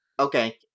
Okay